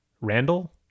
randall